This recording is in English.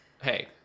Hey